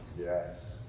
yes